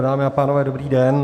Dámy a pánové, dobrý den.